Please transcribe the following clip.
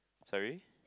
sorry